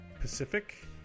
Pacific